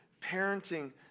parenting